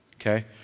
okay